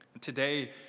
Today